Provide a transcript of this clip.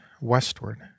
westward